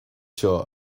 seo